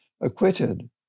acquitted